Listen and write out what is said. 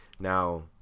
Now